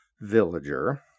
villager